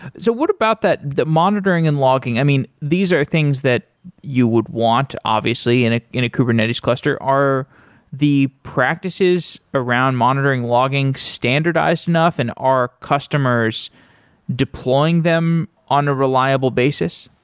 so what about that monitoring and logging? i mean, these are things that you would want obviously in ah in a kubernetes cluster. are the practices around monitoring logging standardized enough and are customers deploying them on a reliable basis?